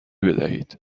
بدهید